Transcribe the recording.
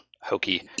hokey